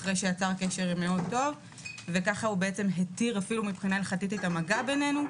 וכך הוא התיר אפילו מבחינה הלכתית את המגע בינינו,